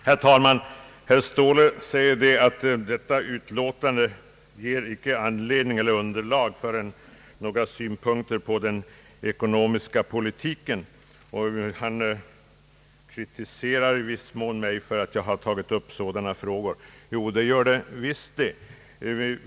Herr talman! Herr Ståhle anser att detta utlåtande icke ger underlag för synpunkter på den ekonomiska politiken, och han kritiserar i viss mån att jag tagit upp sådana frågor. Det tycker jag är oberättigat.